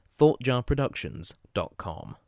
ThoughtJarProductions.com